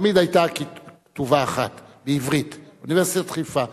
תמיד היתה כתובה אחת בעברית: אוניברסיטת חיפה.